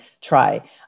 try